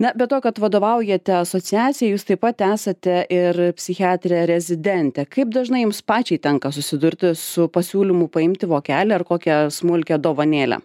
na be to kad vadovaujate asociacijai jūs taip pat esate ir psichiatrė rezidentė kaip dažnai jums pačiai tenka susidurti su pasiūlymu paimti vokelį ar kokią smulkią dovanėlę